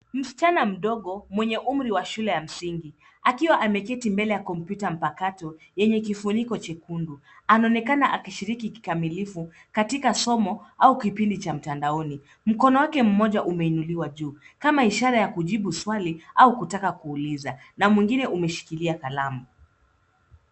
Msichana mdogo mwenye umri wa shule ya msingi, akiwa ameketi mbele ya kompyuta mpakato yenye kifuniko chekundu. Anaonekana akishiriki kikamilifu katika somo au kipindi cha mtandaoni. Mkono wake mmoja umeinuliwa juu, kama ishara ya kujibu swali au kutaka kuuliza na mwingine umeshikilia kalamu.